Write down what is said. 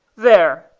there!